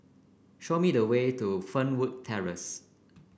show me the way to Fernwood Terrace